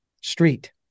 street